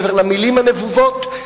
מעבר למלים הנבובות,